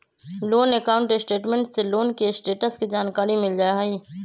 loan account statement से loan के status के जानकारी मिल जाइ हइ